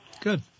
good